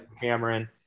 Cameron